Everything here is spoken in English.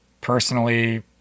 personally